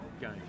game